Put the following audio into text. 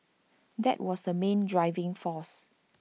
that was the main driving force